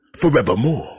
forevermore